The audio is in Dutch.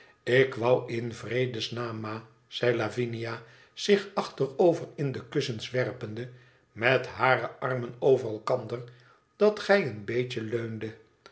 ik wou in vrede's naam ma zei lavinia zich achterover in de kussens werpende met hare armen over elkander dat gij een beetje